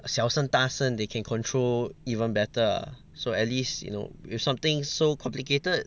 小声大声 they can control even better so at least you know with something so complicated